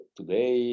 Today